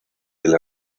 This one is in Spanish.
del